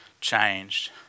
changed